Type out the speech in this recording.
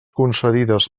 concedides